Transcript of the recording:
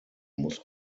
muss